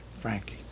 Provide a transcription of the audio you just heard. Frankie